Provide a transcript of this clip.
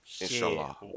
Inshallah